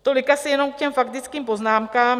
Tolik asi jenom k těm faktickým poznámkám.